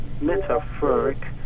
metaphoric